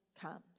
comes